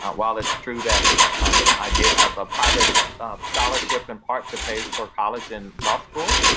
ah while it's true that i did have a private scholarship in part to pay for college and law school,